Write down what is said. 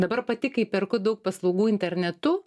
dabar pati kai perku daug paslaugų internetu